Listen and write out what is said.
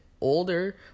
older